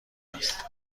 است